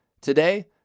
Today